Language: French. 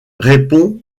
répond